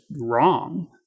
wrong